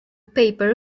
paper